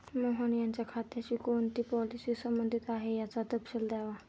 मोहन यांच्या खात्याशी कोणती पॉलिसी संबंधित आहे, याचा तपशील द्यावा